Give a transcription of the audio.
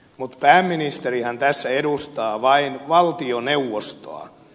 mutta pääministerihän tässä edustaa vain valtioneuvostoa